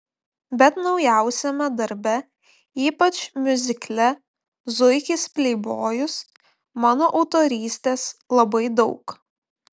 bet naujausiame darbe ypač miuzikle zuikis pleibojus mano autorystės labai daug